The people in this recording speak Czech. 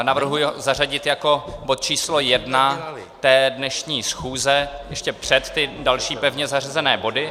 Navrhuji ho zařadit jako bod číslo jedna dnešní schůze ještě před ty další pevně zařazené body.